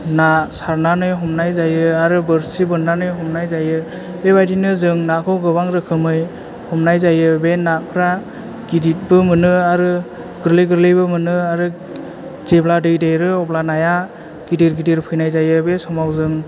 ना सारनानै हमनाय जायो आरो बोरसि बोन्नानै हमनाय जायो बेबादिनो जों नाखौ गोबां रोखोमै हमनाय जायो बे नाफ्रा गिदिरबो मोनो आरो गोरलै गोरलैबो मोनो आरो जेब्ला दै देरो अब्ला नाया गिदिर गिदिर फैनाय जायो बे समाव जों